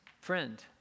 friend